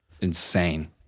Insane